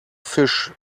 fish